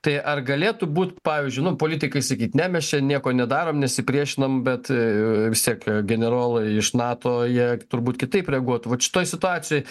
tai ar galėtų būt pavyzdžiui nu politikai sakyt ne mes čia nieko nedarom nesipriešinom bet vis tiek generolai iš nato jie turbūt kitaip reaguotų vat šitoj situacijoj